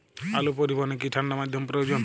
আলু পরিবহনে কি ঠাণ্ডা মাধ্যম প্রয়োজন?